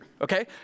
okay